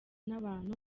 n’abantu